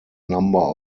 number